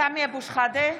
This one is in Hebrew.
(קוראת בשמות חברי הכנסת)